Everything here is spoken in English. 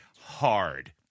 hard